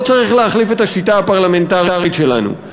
צריך להחליף את השיטה הפרלמנטרית שלנו.